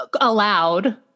allowed